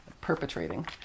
perpetrating